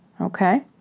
okay